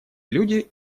люди